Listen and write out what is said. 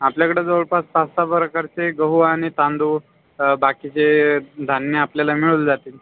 आपल्याकडं जवळपास पाच सहा प्रकारचे गहू आणि तांदूळ अ बाकीचे धान्य आपल्याला मिळून जातील